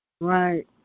Right